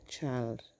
child